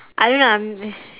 I don't know I'm